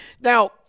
Now